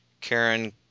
Karen